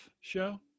show